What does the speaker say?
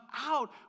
out